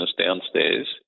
downstairs